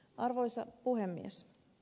arvoisa puhemies